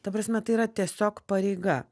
ta prasme tai yra tiesiog pareiga